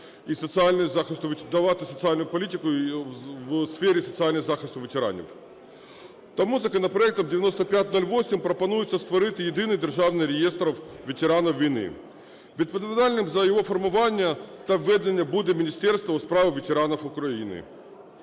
давати соціальну політику у сфері соціального захисту ветеранів. Тому законопроектом 9508 пропонується створити єдиний державний реєстр ветеранів війни. Відповідальним за його формування та ведення буде Міністерство у справах ветеранів України.